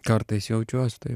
kartais jaučiuos tai